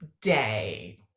day